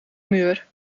muur